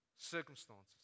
circumstances